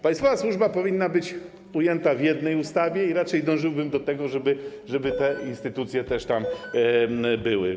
Państwowa służba powinna być ujęta w jednej ustawie i raczej dążyłbym do tego, żeby te instytucje też tam były.